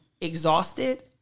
exhausted